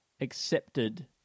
accepted